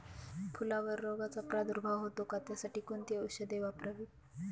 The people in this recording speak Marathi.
फुलावर रोगचा प्रादुर्भाव होतो का? त्यासाठी कोणती औषधे वापरावी?